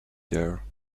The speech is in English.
there